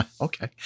Okay